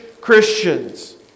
Christians